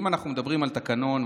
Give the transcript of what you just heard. אם אנחנו מדברים על תקנון,